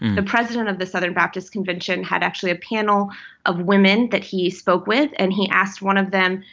the president of the southern baptist convention had actually a panel of women that he spoke with. and he asked one of them,